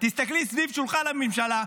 תסתכלי סביב שולחן הממשלה,